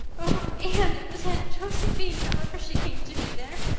oh, anne, it was aunt josephine, however she came to be there.